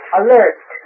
alert